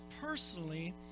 personally